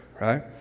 Right